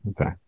Okay